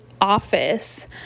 office